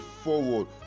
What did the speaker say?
forward